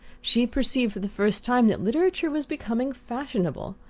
she perceived for the first time that literature was becoming fashionable,